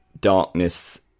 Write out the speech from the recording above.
darkness